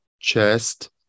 chest